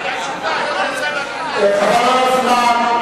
חבל על הזמן.